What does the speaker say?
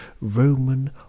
Roman